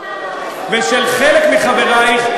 ושל חלק מחברייך,